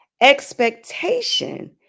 Expectation